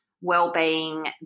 well-being